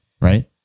Right